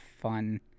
fun